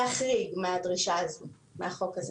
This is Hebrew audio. להחריג מהדרישה הזאת, מהחוק הזה.